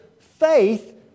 faith